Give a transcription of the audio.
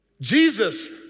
Jesus